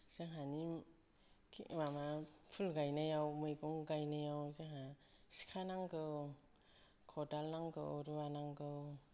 जाहानि माबा फुल गायनायाव मैगं गायनायाव जाहा सिखा नांगौ खदाल नांगौ रुवा नांगौ